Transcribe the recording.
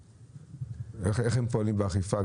איך הם פועלים באכיפה?